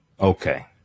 Okay